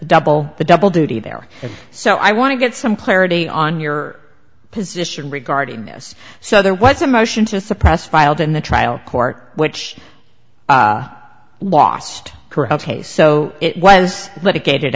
double the double duty there so i want to get some clarity on your position regarding this so there was a motion to suppress filed in the trial court which last corrupt a so it was litigated